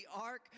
ark